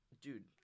Dude